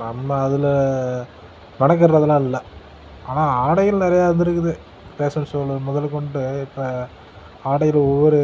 நம்ம அதில் மெனக்கிட்றதுலாம் இல்லை ஆனால் ஆடைகள் நிறையா வந்திருக்குது பேஷன் ஷோவில முதல்கொண்டு இப்போ ஆடையில் ஒவ்வொரு